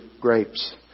grapes